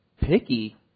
picky